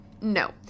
No